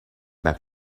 back